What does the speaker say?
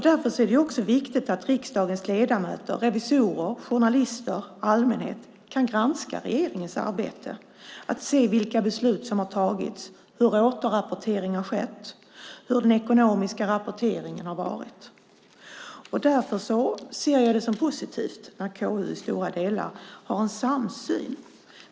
Därför är det också viktigt att riksdagens ledamöter, revisorer, journalister och allmänhet kan granska regeringens arbete och att man kan se vilka beslut som har fattats, hur återrapportering har skett och hur den ekonomiska rapporteringen har varit. Därför ser jag det som positivt att KU i stora delar har en samsyn.